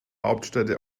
hauptstädte